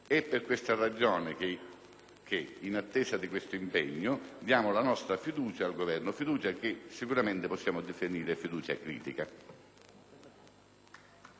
Grazie,